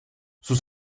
sus